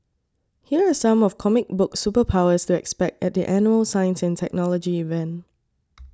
here are some of comic book superpowers to expect at the annual science and technology event